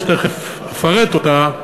שתכף אפרט אותה,